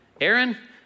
Aaron